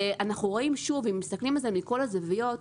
אם מסתכלים על זה מכל הזוויות,